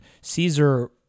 Caesar